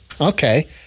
okay